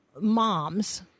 moms